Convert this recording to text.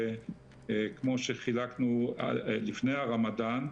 כמו שחילקנו לפני הרמדאן.